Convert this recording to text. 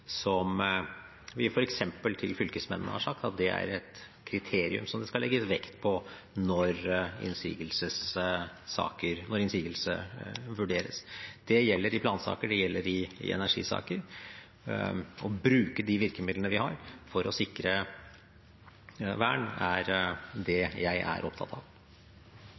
som vi f.eks. til fylkesmennene har sagt at er et kriterium som det skal legges vekt på når innsigelse vurderes. Det gjelder i plansaker, og det gjelder i energisaker. Å bruke de virkemidlene vi har for å sikre vern, er det jeg er opptatt av.